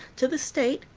to the state,